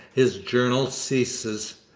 his journal ceases.